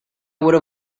would